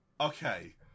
Okay